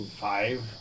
five